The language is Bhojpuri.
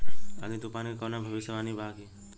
आँधी तूफान के कवनों भविष्य वानी बा की?